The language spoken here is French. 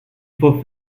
faut